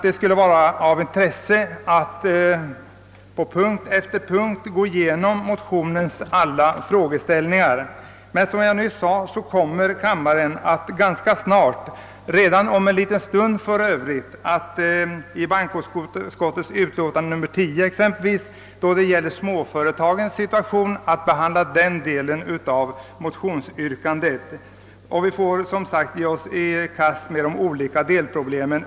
Det skulle vara av intresse att punkt för punkt gå igenom denna del av motionen, men kammaren kommer om en liten stund vid behandlingen av bankoutskottets utlåtande nr 10 angående småföretagens situation att kunna diskutera den punkten i motionen och sedermera undan för undan ta upp de olika delproblemen.